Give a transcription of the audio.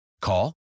Call